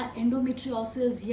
endometriosis